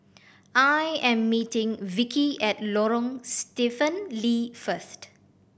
I am meeting Vickie at Lorong Stephen Lee first